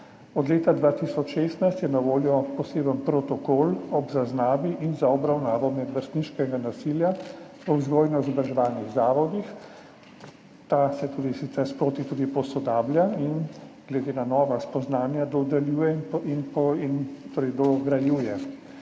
Od leta 2016 je na voljo poseben protokol ob zaznavi in za obravnavo medvrstniškega nasilja v vzgojno-izobraževalnih zavodih. Ta se tudi sicer sproti posodablja in glede na nova spoznanja dodeljuje in dograjuje.